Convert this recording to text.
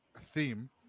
theme